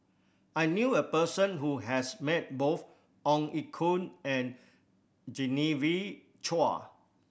I knew a person who has met both Ong Ye Kung and Genevieve Chua